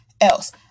else